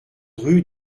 rue